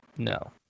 No